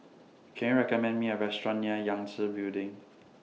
Can YOU recommend Me A Restaurant near Yangtze Building